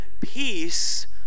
peace